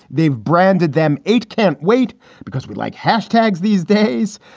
they've branded them eight. can't wait because we'd like hashtags these days.